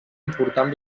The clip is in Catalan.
important